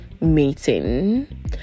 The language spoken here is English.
meeting